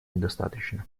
недостаточно